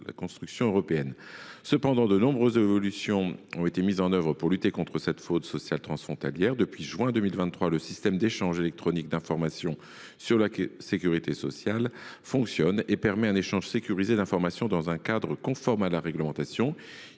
la construction européenne. Cependant, de nombreuses évolutions ont été mises en œuvre pour lutter contre la fraude sociale transfrontalière. Depuis le mois de juin 2023, le système d’échange électronique d’informations sur la sécurité sociale (Eessi) fonctionne et permet un échange sécurisé d’informations dans un cadre conforme à la réglementation.